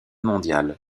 mondiale